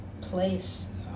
place